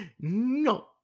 No